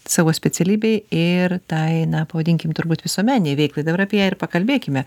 savo specialybei ir tai na pavadinkim turbūt visuomeninei veiklai dabar apie ją ir pakalbėkime